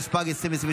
איסור תמיכה בטרור),